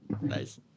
Nice